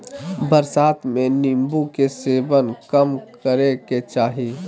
बरसात में नीम्बू के सेवन कम करे के चाही